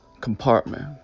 compartment